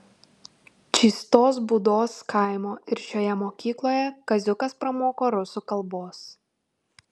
čystos būdos kaimo ir šioje mokykloje kaziukas pramoko rusų kalbos